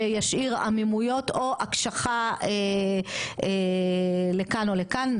שישאיר עמימויות או הקשחה לכאן או לכאן,